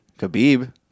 Khabib